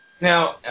Now